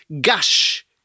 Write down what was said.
gush